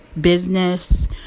business